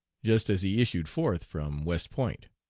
just as he issued forth from west point.